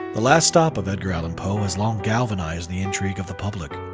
the last stop of edgar allan poe has long galvanized the intrigue of the public.